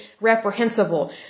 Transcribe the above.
reprehensible